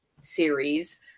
series